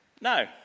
No